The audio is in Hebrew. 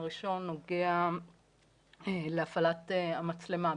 הראשון נוגע להפעלת המצלמה,